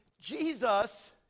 Jesus